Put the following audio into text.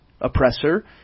oppressor